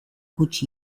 gutxi